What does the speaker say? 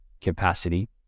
capacity